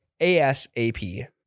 ASAP